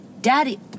Daddy